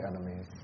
enemies